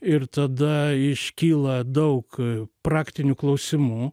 ir tada iškyla daug praktinių klausimų